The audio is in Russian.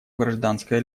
гражданское